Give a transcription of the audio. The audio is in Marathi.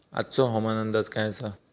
आजचो हवामान अंदाज काय आसा?